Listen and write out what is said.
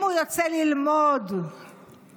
אם הוא יוצא ללמוד באקדמיה,